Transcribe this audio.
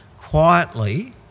quietly